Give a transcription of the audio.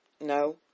No